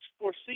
foresee